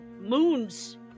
moons